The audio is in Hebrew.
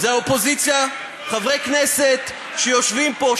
זה האופוזיציה, חברי כנסת שיושבים פה.